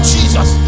Jesus